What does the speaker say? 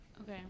Okay